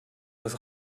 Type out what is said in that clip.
das